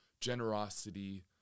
generosity